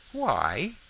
why?